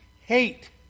hate